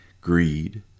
greed